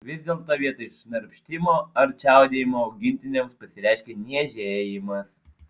vis dėlto vietoj šnarpštimo ar čiaudėjimo augintiniams pasireiškia niežėjimas